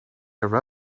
your